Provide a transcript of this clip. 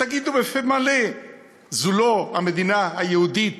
תגידו בפה מלא שזאת לא המדינה היהודית